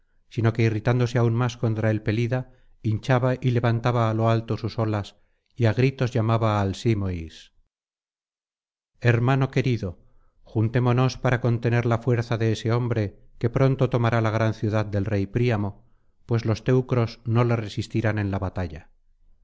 sino que irritándose aún más contra el pelida hinchaba y levantaba á lo alto sus olas y á gritos llamaba al simois hermano querido juntémonos para contener la fuerza de ese hombre que pronto tomará la gran ciudad del rey príamo pues los teucros no le resistirán en la batalla